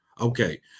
Okay